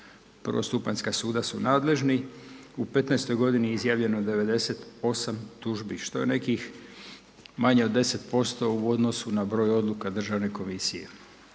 prvostupanjska suda su nadležni. U petnaestoj godini je izjavljeno 98 tužbi što je nekih manje od 10% u odnosu na broj odluka Državne komisije.